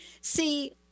See